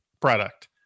product